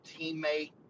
teammate